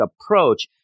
approach